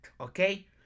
okay